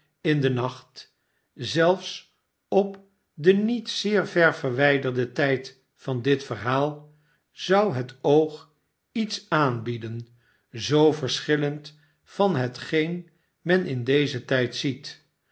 in den nacht zelfs op den niet zeer ver verwijderden tijd van dit verhaal zou het oog iets aanbieden zoo verschillend van hetgeen men in dezen tijd ziet